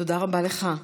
תודה רבה לך.